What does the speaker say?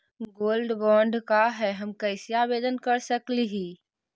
Gold bond का है, हम कैसे आवेदन कर सकली ही?